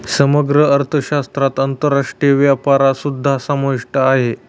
समग्र अर्थशास्त्रात आंतरराष्ट्रीय व्यापारसुद्धा समाविष्ट आहे